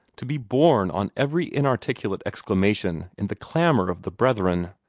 to be borne on every inarticulate exclamation in the clamor of the brethren.